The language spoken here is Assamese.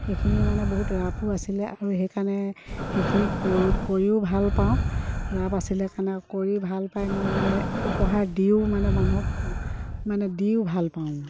সেইখিনি মানে বহুত ৰাপো আছিলে আৰু সেইকাৰণে সেইখিনি কৰোঁ কৰিও ভাল পাওঁ ৰাপ আছিলে কাৰণে কৰিও ভাল পায় মই মানে উপহাৰ দিও মানে মানুহক মানে দিও ভাল পাওঁ মই